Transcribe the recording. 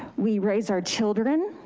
we raise our children,